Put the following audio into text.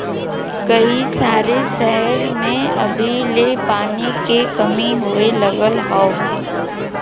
कई सारे सहर में अभी ले पानी के कमी होए लगल हौ